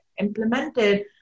implemented